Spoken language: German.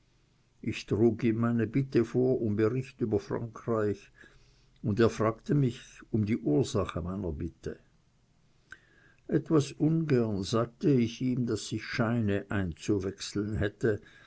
ich trug ihm die bitte vor er fragte mich um die ursache meiner bitte etwas ungern sagte ich ihm daß ich scheine einzuwechseln hätte